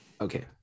okay